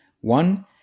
One